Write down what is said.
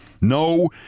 No